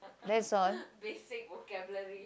that's all